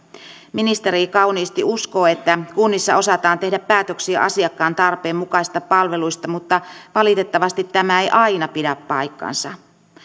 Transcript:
ministeri kauniisti uskoo että kunnissa osataan tehdä päätöksiä asiakkaan tarpeen mukaisista palveluista mutta valitettavasti tämä ei aina pidä paikkaansa